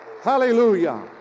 Hallelujah